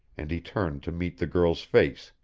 and he turned to meet the girl's face,